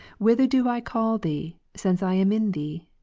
whither do i call thee, since i am in thee?